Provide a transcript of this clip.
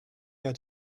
got